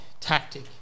tactic